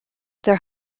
there